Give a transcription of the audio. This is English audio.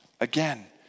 again